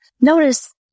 Notice